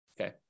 okay